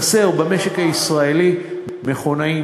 חסרים במשק הישראלי מכונאים,